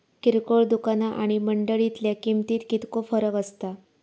किरकोळ दुकाना आणि मंडळीतल्या किमतीत कितको फरक असता?